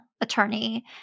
attorney